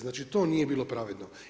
Znači to nije bilo pravedno.